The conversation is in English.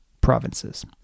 Provinces